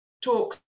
talks